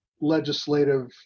legislative